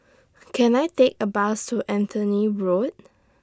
Can I Take A Bus to Anthony Road